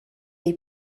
est